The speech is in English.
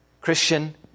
Christian